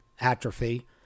atrophy